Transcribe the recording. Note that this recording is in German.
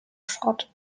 schrott